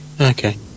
Okay